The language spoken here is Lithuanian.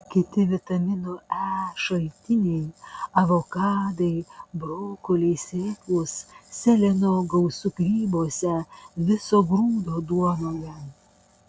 kiti vitamino e šaltiniai avokadai brokoliai sėklos seleno gausu grybuose viso grūdo duonoje